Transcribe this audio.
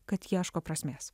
kad ieško prasmės